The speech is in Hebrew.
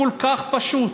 כל כך פשוט.